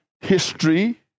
history